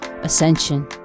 ascension